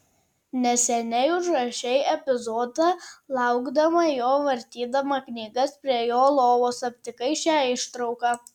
neseniai užrašei epizodą laukdama jo vartydama knygas prie jo lovos aptikai šią ištrauką